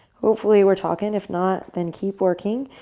hopefully we're talking. if not, then keep working.